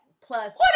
plus